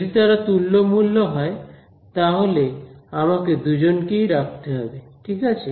যদি তারা তুল্যমূল্য হয় তাহলে আমাকে দুজনকেই রাখতে হবে ঠিক আছে